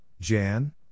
Jan